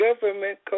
government